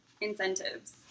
incentives